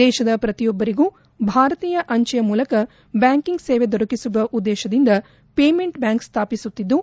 ದೇತದ ಪ್ರತಿಯೊಬ್ಲರಿಗೂ ಭಾರತೀಯ ಅಂಚೆಯ ಮೂಲಕ ಬ್ಲಾಂಕಿಂಗ್ ಸೇವೆ ದೊರಕಿಸಿಕೊಡುವ ಉದ್ದೇತದಿಂದ ಪೇಮೆಂಟ್ ಬ್ಡಾಂಕ್ ಸ್ವಾಪಿಸುತ್ತಿದ್ದು